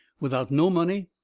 without no money,